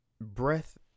breath